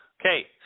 okay